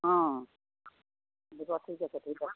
অঁ দিব ঠিক আছে ঠিক আছে